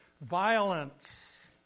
Violence